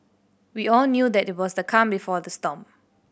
we all knew that it was the calm before the storm